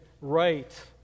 right